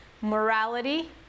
morality